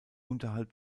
unterhalb